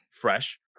fresh